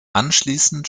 anschließend